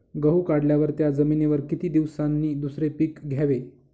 गहू काढल्यावर त्या जमिनीवर किती दिवसांनी दुसरे पीक घ्यावे?